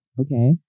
Okay